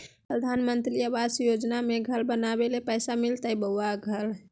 प्रधानमंत्री आवास योजना में घर बनावे ले पैसा मिलते बोया घर?